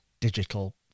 digital